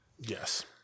Yes